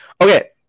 Okay